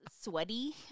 sweaty